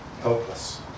helpless